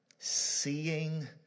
Seeing